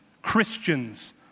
Christians